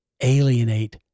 alienate